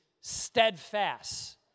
steadfast